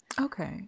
Okay